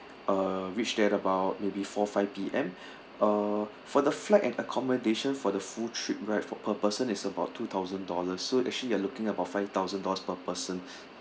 uh reach there about maybe four five P_M uh for the flight and accommodation for the full trip right for per person is about two thousand dollars so actually you are looking about five thousand dollars per person